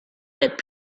that